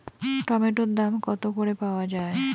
টমেটোর দাম কত করে পাওয়া যায়?